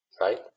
right